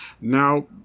Now